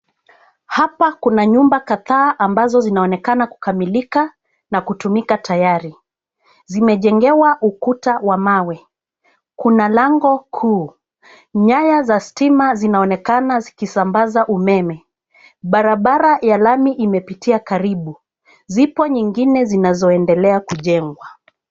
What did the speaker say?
Hapa kunanyumba kadhaa ambazo zinaonekana kukamilika na kutumika tayari. Zimejengewa ukuta wa mawe . Kuna lango kuu. Nyaya za stima zinaonekana zikisambaza umeme. Barabara ya lami inapitia karibu. Zipo nyingine zinazoendelea kujengwa.